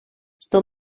στο